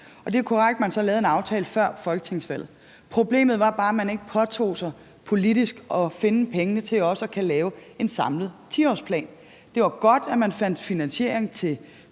det er korrekt, at man så lavede en aftale før folketingsvalget. Problemet var bare, at man ikke påtog sig politisk at finde pengene til også at kunne lave en samlet 10-årsplan. Det var godt, at man fandt finansiering til